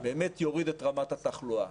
באמת יוריד את רמת התחלואה.